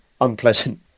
unpleasant